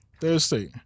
Thursday